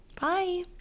bye